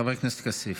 חבר הכנסת כסיף.